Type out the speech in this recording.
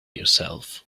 yourself